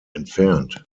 entfernt